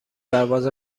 پرواز